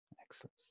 Excellent